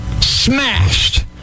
Smashed